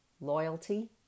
loyalty